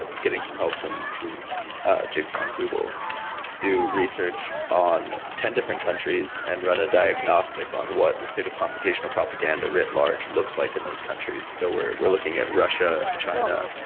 getting some help from from ah jigsaw and google to do research on ten different countries and run a diagnostic on what the state of computational propaganda writ large looks like in those countries. so we're we're looking at russia, china,